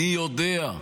אני יודע.